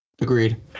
Agreed